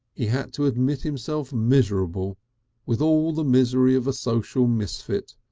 he had to admit himself miserable with all the misery of a social misfit,